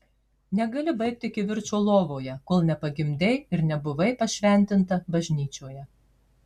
negali baigti kivirčo lovoje kol nepagimdei ir nebuvai pašventinta bažnyčioje